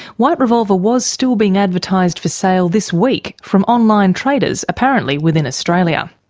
white revolver was still being advertised for sale this week from online traders, apparently within australia.